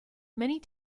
many